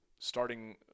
starting